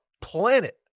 planet